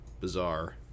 Bizarre